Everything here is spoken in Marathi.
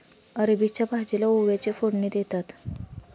अरबीच्या भाजीला ओव्याची फोडणी देतात